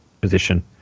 position